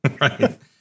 Right